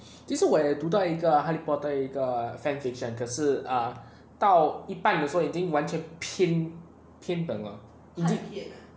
其实我也读到一个 harry potter 一个 fanfiction 可是 err 到一半的时候已经完全偏偏本了已经